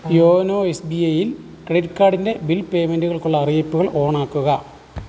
YONO S B ഐയിൽ credit കാർഡിൻ്റെ bill പേയ്മെൻറുകൾക്കുള്ള അറിയിപ്പുകൾ ഓൺ ആക്കുക